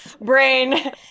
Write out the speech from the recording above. brain